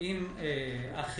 אם אתם לא